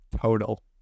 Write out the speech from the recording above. total